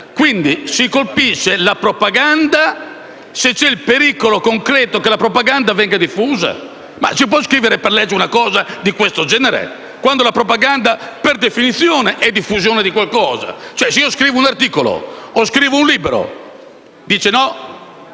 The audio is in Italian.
Si colpisce la propaganda se c'è il pericolo concreto che la propaganda venga diffusa? Si può scrivere per legge una cosa di questo genere, quando la propaganda per definizione è diffusione di qualcosa? È come dire che è lecito scrivere un articolo o un libro in